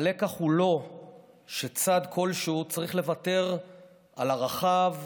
הלקח הוא לא שצד כלשהו צריך לוותר על ערכיו,